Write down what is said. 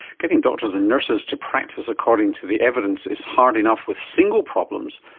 getting doctors and nurses to practice according to the evidence is hard enough with single problems,